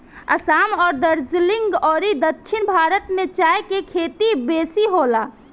असाम, दार्जलिंग अउरी दक्षिण भारत में चाय के खेती बेसी होला